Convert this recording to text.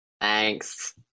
Thanks